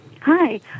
Hi